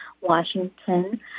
Washington